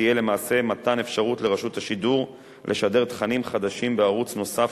תהיה למעשה מתן אפשרות לרשות השידור לשדר תכנים חדשים בערוץ נוסף,